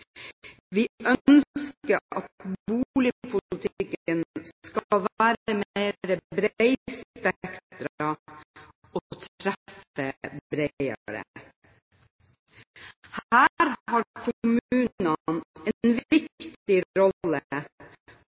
Vi ønsker at boligpolitikken skal være mer bredspektret og treffe bredere. Her har kommunene en viktig rolle